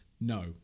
No